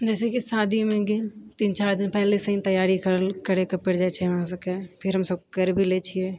जैसकि शादीमे गेल तीन चारि दिन पहिलेसँ ही तैयारी करल करएके पड़ि जाइछै हमरा सबके फिर हमसब करि भी लेइ छिऐ